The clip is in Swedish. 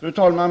Fru talman!